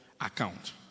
account